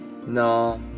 No